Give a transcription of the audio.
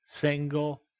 single